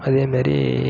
அதேமாரி